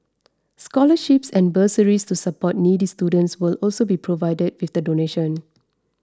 scholarships and bursaries to support needy students will also be provided with the donation